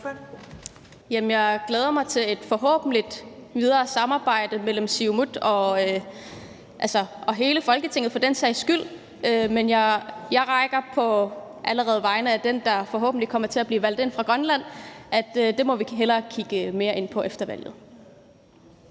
Jeg glæder mig til et forhåbentlig videre samarbejde mellem Siumut og hele Folketinget for den sags skyld, men jeg vil allerede på vegne af den, der forhåbentlig kommer til at blive valgt ind for Grønland, sige, at det er noget, vi hellere må kigge mere på efter valget.